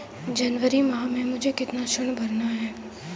जनवरी माह में मुझे कितना ऋण भरना है?